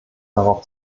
darauf